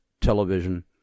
television